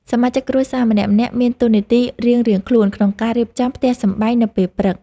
សមាជិកគ្រួសារម្នាក់ៗមានតួនាទីរៀងៗខ្លួន ក្នុងការរៀបចំផ្ទះសម្បែងនៅពេលព្រឹក។